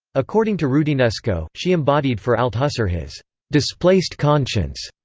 according to roudinesco, she embodied for althusser his displaced conscience,